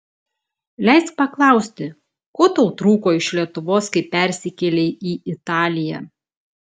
leisk paklausti ko tau trūko iš lietuvos kai persikėlei į italiją